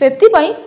ସେଥିପାଇଁ